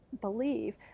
believe